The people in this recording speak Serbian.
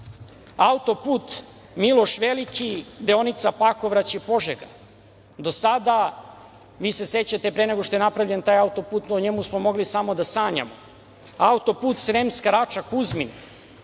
auto-put „Miloš Veliki“, deonica Pakovraće-Požega, do sada, vi se sećate pre nego što je napravljen taj auto-put o njemu smo mogli samo da sanjamo. Auto-put Sremska Rača-Kuzmin,